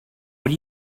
what